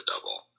double